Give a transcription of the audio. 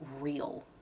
real